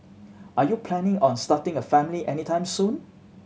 are you planning on starting a family anytime soon